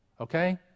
Okay